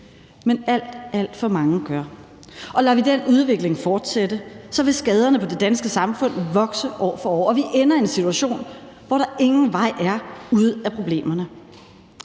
alt, alt for mange gør. Og lader vi den udvikling fortsætte, vil skaderne på det danske samfund vokse år for år, og vi ender i en situation, hvor der ingen vej er ud af problemerne.